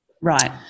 Right